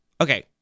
Okay